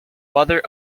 mother